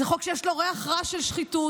זה חוק שיש לו ריח רע של שחיתות.